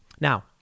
Now